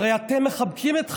הרי אתם מחבקים את חמאס,